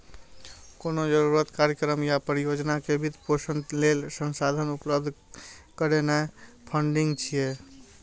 कोनो जरूरत, कार्यक्रम या परियोजना के वित्त पोषण लेल संसाधन उपलब्ध करेनाय फंडिंग छियै